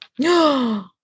No